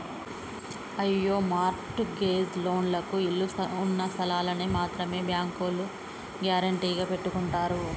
అయ్యో mortgage లోన్లకు ఇళ్ళు ఉన్నస్థలాల్ని మాత్రమే బ్యాంకోల్లు గ్యారెంటీగా పెట్టుకుంటారు